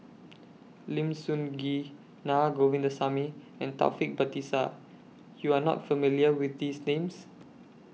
Lim Sun Gee Naa Govindasamy and Taufik Batisah YOU Are not familiar with These Names